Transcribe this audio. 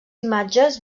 imatges